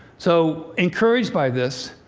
so, encouraged by this,